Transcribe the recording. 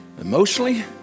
emotionally